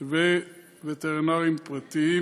ווטרינרים פרטיים.